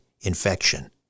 infection